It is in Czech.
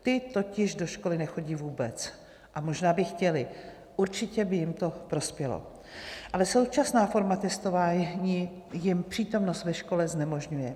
Ti totiž do školy nechodí vůbec a možná by chtěli, určitě by jim to prospělo, ale současná forma testování jim přítomnost ve škole znemožňuje.